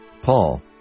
Paul